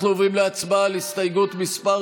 אנחנו עוברים להצבעה על הסתייגות מס'